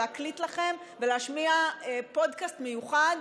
להקליט ולהשמיע פודקסט מיוחד: